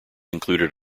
included